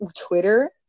Twitter